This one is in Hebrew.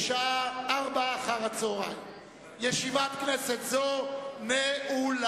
בשעה 16:00. ישיבת כנסת זו נעולה.